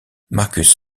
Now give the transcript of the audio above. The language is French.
marcus